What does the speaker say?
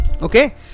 okay